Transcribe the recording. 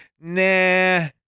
Nah